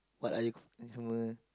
what are you ini semua